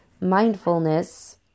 mindfulness